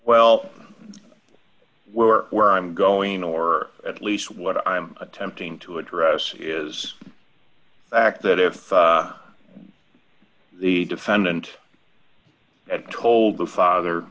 well we're where i'm going or at least what i'm attempting to address is act that if the defendant told the father